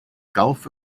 gulf